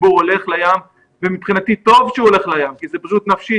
הציבור הולך לים ומבחינתי טוב שהוא הולך לים כי זו בריאות נפשית.